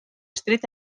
street